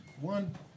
one